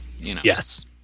Yes